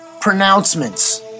pronouncements